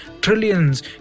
trillions